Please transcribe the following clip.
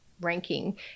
ranking